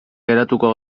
geratuko